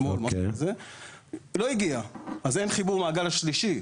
היא לא הגיעה, אז אין חיבור לגל השלישי.